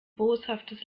boshaftes